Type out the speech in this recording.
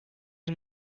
now